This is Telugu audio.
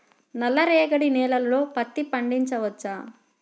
నల్ల రేగడి నేలలో పత్తి పండించవచ్చా?